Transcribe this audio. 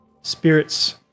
spirits